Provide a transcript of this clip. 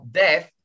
death